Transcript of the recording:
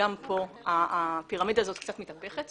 וגם פה, הפירמידה הזאת קצת מתהפכת.